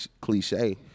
cliche